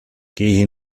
geh